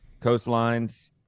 coastlines